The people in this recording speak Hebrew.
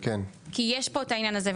כי יש פה את העניין הזה.